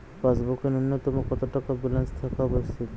পাসবুকে ন্যুনতম কত টাকা ব্যালেন্স থাকা আবশ্যিক?